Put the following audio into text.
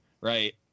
right